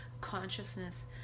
consciousness